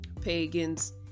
pagans